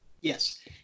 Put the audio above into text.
Yes